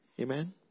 Amen